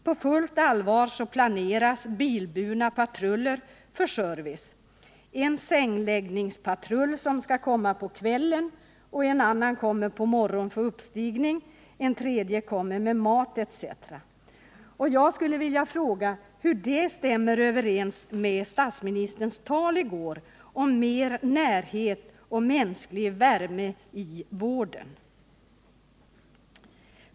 På fullt allvar planeras bilburna patruller för service. En sängläggningspatrull kommer på kvällen, en annan patrull kommer på morgonen för uppstigning, en tredje kommer med mat etc. Hur stämmer det överens med statsministerns tal i går om mer närhet och mänsklig värme i vården?